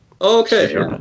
Okay